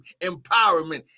empowerment